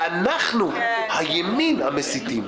אנחנו, הימין הם המסיתים.